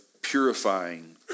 purifying